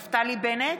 (קוראת בשמות חברי הכנסת) נפתלי בנט,